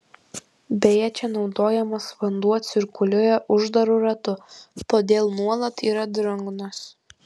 beje čia naudojamas vanduo cirkuliuoja uždaru ratu todėl nuolat yra drungnas